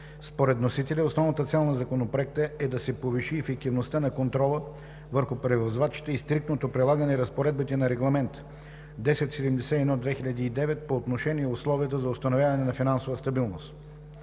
Според вносителя основната цел на Законопроекта е да се повиши ефективността на контрола върху превозвачите и стриктното прилагане разпоредбите на Регламент 1071/2009 по отношение условията за установяване на финансова стабилност.